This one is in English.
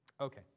Okay